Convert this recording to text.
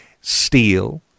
steal